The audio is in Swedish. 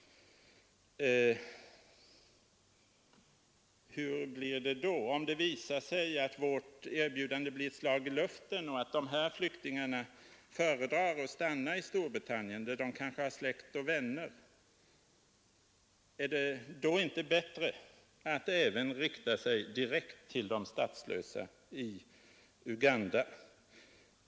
Om det visar sig att vårt erbjudande blir ett slag i luften och att de flyktingar föredrar att stanna i Storbritannien, där de kanske har släkt och vänner, är det då inte bättre att även rikta sig direkt till de statslösa i Uganda?